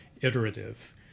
iterative